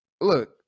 look